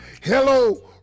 Hello